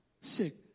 sick